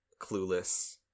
clueless